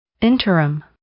Interim